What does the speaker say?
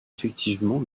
effectivement